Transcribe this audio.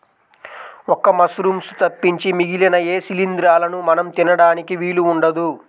ఒక్క మశ్రూమ్స్ తప్పించి మిగిలిన ఏ శిలీంద్రాలనూ మనం తినడానికి వీలు ఉండదు